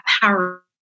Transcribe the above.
power